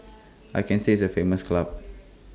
I can say it's A famous club